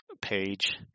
page